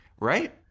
Right